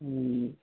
ہوں